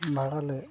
ᱵᱷᱟᱲᱟ ᱞᱮᱫ